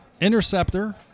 Interceptor